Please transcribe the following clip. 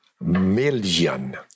Million